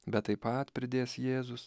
bet taip pat pridės jėzus